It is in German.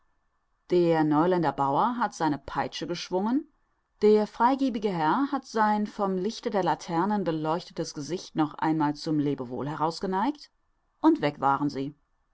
der neuländer bauer hat seine peitsche geschwungen der freigebige herr hat sein vom lichte der laternen beleuchtetes gesicht noch einmal zum lebewohl heraus geneigt und weg waren sie